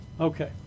Okay